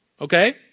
okay